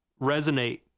resonate